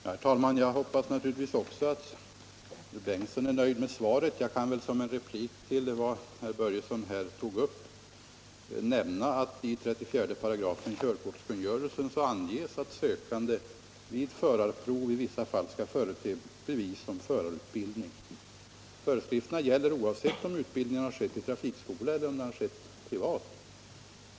Herr talman! Jag hoppas naturligtvis också att förste vice talmannen Bengtson är nöjd med svaret, men jag kan väl som en replik till den fråga som herr Börjesson i Falköping här tog upp nämna att det i 34 § körkortskungörelsen anges att sökande vid förarprov i vissa fall skall förete bevis om förarutbildning. Föreskriften gäller oavsett om utbildningen har skett i trafikskola eller om den har skett privat.